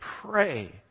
pray